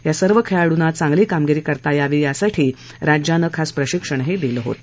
या सर्व खेळाडूंना चांगली कामगिरी करता यावी यासाठी खास प्रशिक्षण दिलं आहे